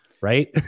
Right